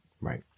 Right